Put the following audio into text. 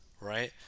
right